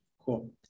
Cool